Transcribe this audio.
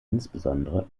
insbesondere